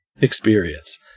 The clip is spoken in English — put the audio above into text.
experience